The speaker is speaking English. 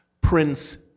Prince